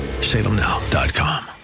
salemnow.com